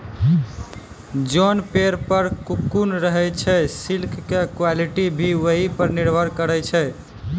जोन पेड़ पर ककून रहै छे सिल्क के क्वालिटी भी वही पर निर्भर करै छै